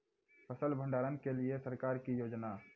फसल भंडारण के लिए सरकार की योजना?